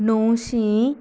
णवशीं